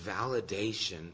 validation